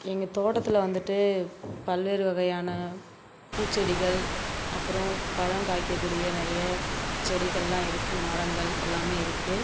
எங்கள் தோட்டத்தில் வந்துட்டு பல்வேறு வகையான பூச்செடிகள் அப்பறம் பழங்காய்க்க கூடிய நிறைய செடிகள்லாம் இருக்கு மரங்கள் எல்லாம் இருக்கு